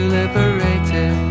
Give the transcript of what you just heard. liberated